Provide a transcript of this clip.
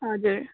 हजुर